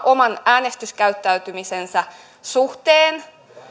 oman äänestyskäyttäytymisensä suhteen